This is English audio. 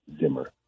Zimmer